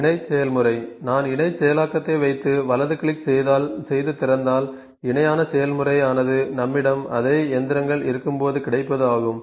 இணை செயல்முறை பிபி நான் இணை செயலாக்கத்தை வைத்து வலது கிளிக் செய்து திறந்தால் இணையான செயல்முறை ஆனது நம்மிடம் அதே இயந்திரங்கள் இருக்கும்போது கிடைப்பது ஆகும்